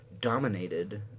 dominated